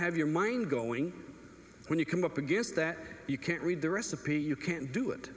have your mind going when you come up against that you can't read the recipe you can't do it